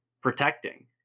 protecting